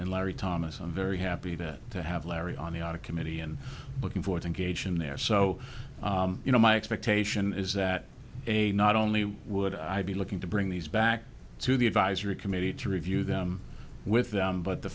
and larry thomas i'm very happy that to have larry on the audit committee and looking for to engage in there so you know my expectation is that a not only would i be looking to bring these back to the advisory committee to review them with them but the